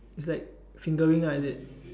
is like fingering ah is it